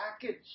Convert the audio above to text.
package